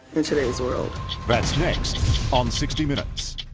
in? today's world that's next on sixty minutes